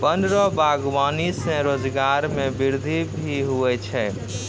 वन रो वागबानी से रोजगार मे वृद्धि भी हुवै छै